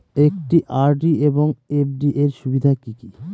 একটি আর.ডি এবং এফ.ডি এর সুবিধা কি কি?